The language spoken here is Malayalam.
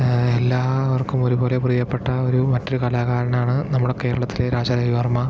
എല്ലാവർക്കും ഒരുപോലെ പ്രിയപ്പെട്ട ഒരു മറ്റൊരു കലാകാരനാണ് നമ്മുടെ കേരളത്തിലെ രാജ രവിവർമ്മ